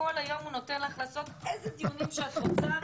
כול היום נותן לך לעשות איזה דיונים שאת רוצה.